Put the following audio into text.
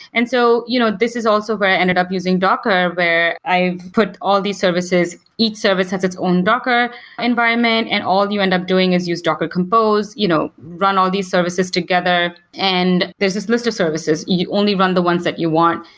and so you know this is also where it ended up using docker where i've put all these services, each service has its own docker environment and all you end up doing is use docker compose, you know run all these services together, and there's this list of services. you only run the ones that you want.